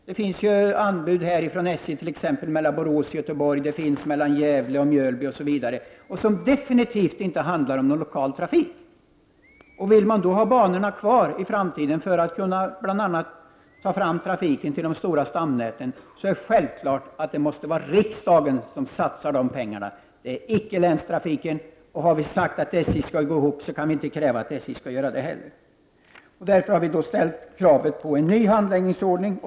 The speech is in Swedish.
Det finns anbud här från SJ t.ex. om sträckan mellan Borås och Göteborg och mellan Gävle och Mjölby, som definitivt inte handlar om någon lokal trafik. Vill man ha banorna kvar i framtiden, för att bl.a. kunna ta fram trafiken till de stora stamnäten, är det självklart att det är riksdagen som måste satsa de pengarna. Det är icke länstrafiken som skall göra det. Om vi har sagt att SJ skall gå ihop, kan vi inte kräva att SJ skall göra det heller. Vi har därför ställt krav på en ny handläggningsordning.